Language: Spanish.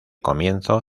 comienzo